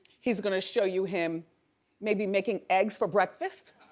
he's gonna show you him maybe making eggs for breakfast.